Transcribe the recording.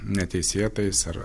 neteisėtais ar